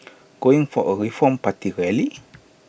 going for A reform party rally